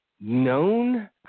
known